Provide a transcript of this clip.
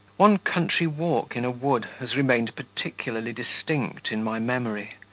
one country walk in a wood has remained particularly distinct in my memory.